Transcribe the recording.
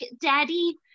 daddy